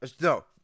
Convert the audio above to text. no